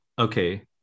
Okay